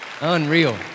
Unreal